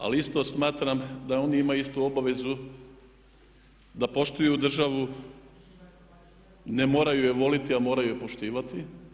Ali isto smatram da oni imaju istu obvezu da poštuju državu, ne moraju je voljeti ali moraju je poštivati.